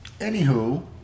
anywho